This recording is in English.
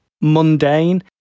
mundane